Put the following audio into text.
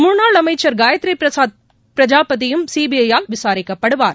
முன்னாள் அமைச்சர் காயத்ரி பிரசாத் பிரஜாபதியும் சிபிஐ யினால் விசாரிக்கப்படுவார்